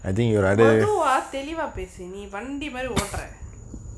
மெதுவா தெளிவா பேசு நீ வண்டி மாதிரி ஓடுற:methuvaa thelivaa pesu nee vandi maathiri otura